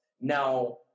Now